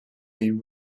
been